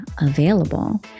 available